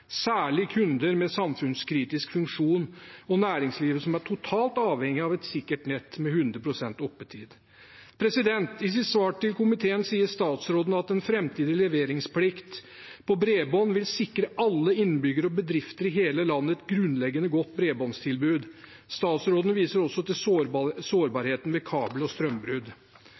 særlig kunder med samfunnskritisk funksjon og næringslivet, som er totalt avhengig av et sikkert nett med 100 pst. oppetid. I sitt svar til komiteen sier statsråden at en framtidig leveringsplikt på bredbånd «vil kunne sikre alle innbyggere og bedrifter i hele landet et grunnleggende godt bredbåndstilbud.» Statsråden viser også til sårbarheten med kabelbrudd og strømbrudd.